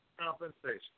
compensation